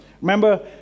Remember